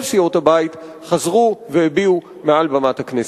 סיעות הבית חזרו והביעו מעל במת הכנסת.